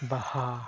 ᱵᱟᱦᱟ